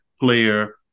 player